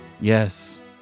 Yes